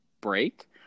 break